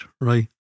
Right